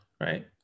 Right